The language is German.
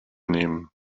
nehmen